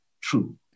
true